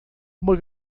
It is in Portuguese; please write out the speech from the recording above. uma